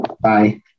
Bye